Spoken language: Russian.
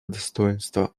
достоинства